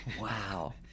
Wow